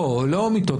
לא מיטות.